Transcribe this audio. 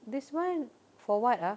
this [one] for what ah